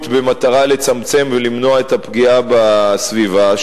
כלשהם במטרה לצמצם ולמנוע את הפגיעה בסביבה,